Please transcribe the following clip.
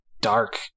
dark